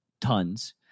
tons